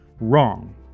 wrong